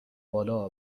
بالا